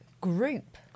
group